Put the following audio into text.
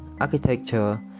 architecture